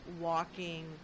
walking